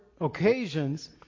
occasions